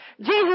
Jesus